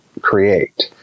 create